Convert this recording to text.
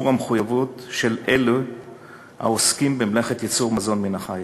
המחויבות של אלה העוסקים במלאכת ייצור מזון מן החי,